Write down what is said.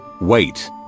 Wait